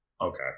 Okay